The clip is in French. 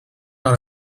par